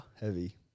Heavy